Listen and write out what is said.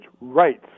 rights